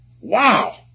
Wow